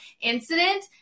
incident